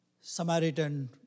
Samaritan